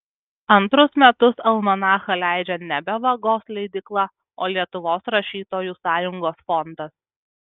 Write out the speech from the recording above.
antrus metus almanachą leidžia nebe vagos leidykla o lietuvos rašytojų sąjungos fondas